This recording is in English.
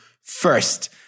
first